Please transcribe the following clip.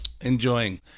enjoying